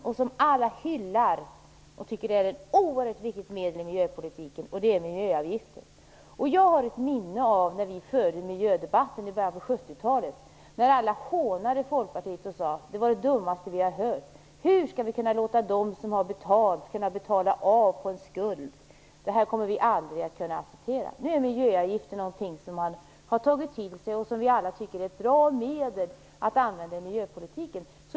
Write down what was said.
Alla hyllar det ordet och tycker att det är ett oerhört viktigt medel i miljöpolitiken, och det är miljöavgifter. Jag har ett minne av att vi före miljödebatten i början av 70-talet talade om detta. Då hånade alla Folkpartiet och sade att det var det dummaste som de hade hört. Hur skulle vi låta dem som hade betalt kunna betala av på en skuld? Det kommer vi aldrig att acceptera, sade man. Nu är miljöavgifter någonting som man har tagit till sig och som vi alla tycker är ett bra medel att använda i miljöpolitiken.